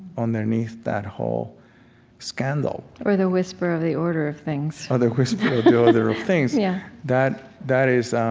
underneath that whole scandal, or the whisper of the order of things. or the whisper of the order of things. yeah that that is